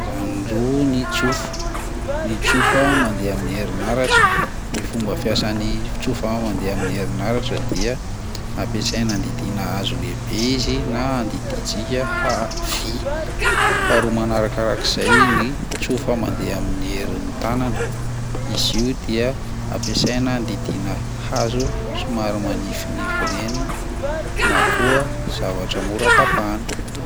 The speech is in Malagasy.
Karazany roa ny tsofa: ny tsofa mandeha amin'ny herinaratra, ny fomba fiasan'ny tsofa mandeha amin'ny herinaratra dia ampiasaina andidiana hazo lehibe izy na andidiantsika ha- vy; faharoa manarakarak'izay ny tsofa mandeha amin'ny herin'ny tanana, izy io dia ampiasaina andidiana hazo somary manifinify ireny na koa zavatra mora tapahana.